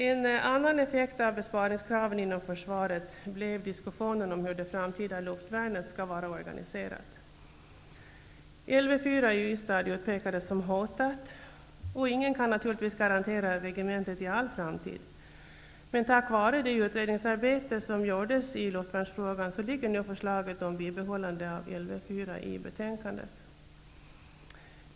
En annan effekt av besparingskraven inom försvaret blev diskussionen om hur det framtida luftvärnet skall vara organiserat. Lv 4 i Ystad utpekades som hotat. Ingen kan garantera regementet i all framtid, men tack vare det utredningsarbete som gjordes i luftvärnsfrågan finns nu förslaget om bibehållande av Lv 4 i betänkandet.